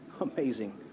Amazing